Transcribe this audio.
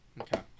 okay